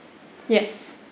yes